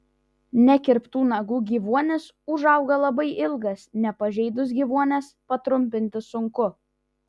nekirptų nagų gyvuonis užauga labai ilgas nepažeidus gyvuonies patrumpinti sunku